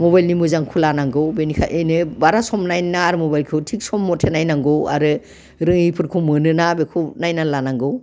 मबाइलनि मोजांखौ लानांगौ बिनिखायनो बारा सम नायनो नाङा आरो मबाइलखौ थिग सम मथे नायनांगौ आरो रोङैफोरखौ मोनोना बेखौ नायनानै लानांगौ